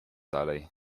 dalej